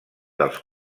dels